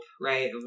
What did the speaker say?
right